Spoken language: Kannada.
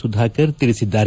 ಸುಧಾಕರ್ ತಿಳಿಸಿದ್ದಾರೆ